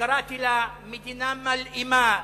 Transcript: שקראתי לה מדינה מלאימה,